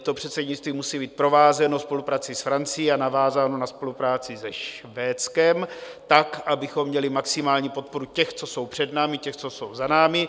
To předsednictví musí být provázeno spoluprací s Francií a navázáno na spolupráci se Švédskem, abychom měli maximální podporu těch, co jsou před námi, těch, co jsou za námi.